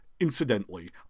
Incidentally